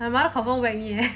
my mother confirm whack me eh